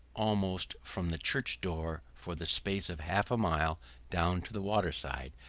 almost from the church door for the space of half a mile down to the waterside,